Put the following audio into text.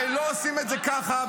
ולא עושים את זה ככה,